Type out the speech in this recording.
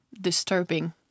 disturbing